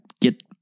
get